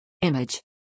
Image